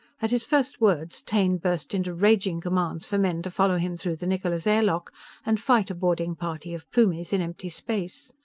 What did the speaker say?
at his first words taine burst into raging commands for men to follow him through the niccola's air lock and fight a boarding party of plumies in empty space.